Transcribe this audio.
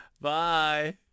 Bye